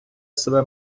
себе